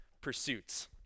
pursuits